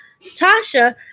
Tasha